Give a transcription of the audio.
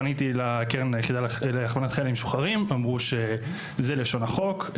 פניתי לקרן להכוונת חיילים משוחררים אמרו שזו לשון החוק.